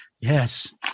yes